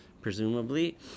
presumably